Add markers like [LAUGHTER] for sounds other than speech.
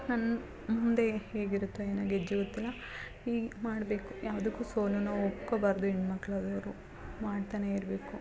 ನನ್ನ ಮುಂದೆ ಹೇಗಿರುತ್ತೆ ಏನೋ [UNINTELLIGIBLE] ಗೊತ್ತಿಲ್ಲ ಈಗ ಮಾಡಬೇಕು ಯಾವುದಕ್ಕೂ ಸೋಲನ್ನು ಒಪ್ಕೊಬಾರದು ಹೆಣ್ಮಕ್ಳು ಆದೋವ್ರು ಮಾಡ್ತಾನೇ ಇರಬೇಕು